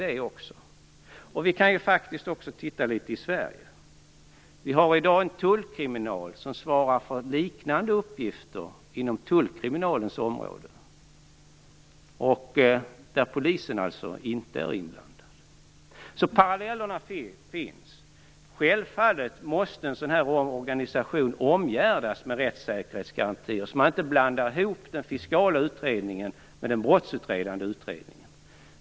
I Sverige finns det i dag en tullkriminal som svarar för liknande uppgifter inom tullens område där polisen inte är inblandad. Det finns alltså paralleller. Självfallet måste en organisation av den här typen omgärdas med rättssäkerhetsgarantier så att man inte blandar ihop den fiskala utredningen med brottsutredningen.